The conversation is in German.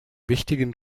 wichtigen